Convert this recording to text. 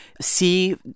see